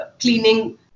cleaning